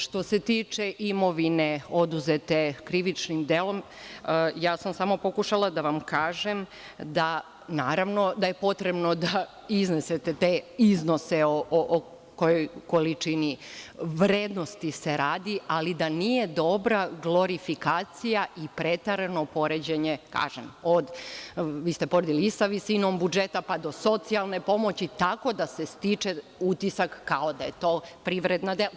Što se tiče imovine oduzete krivičnim delom, samo sam pokušala da vam kažem da naravno da je potrebno da iznesete te iznose o kojoj količini vrednosti se radi, ali da nije dobra glorifikacija i preterano poređenje, kažem, vi ste podneli i sa visinom budžeta, pa do socijalne pomoći, tako da se stiče utisak kao da je to privredna delatnost.